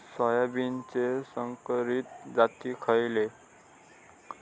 सोयाबीनचे संकरित जाती खयले?